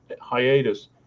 hiatus